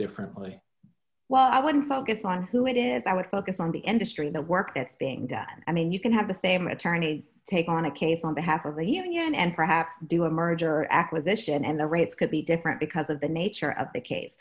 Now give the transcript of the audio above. treated well i wouldn't focus on who it is i would focus on the industry the work that's being done i mean you can have the same attorney take on a case on behalf of leaving and perhaps do a merger or acquisition and the rates could be different because of the nature of the case